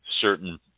certain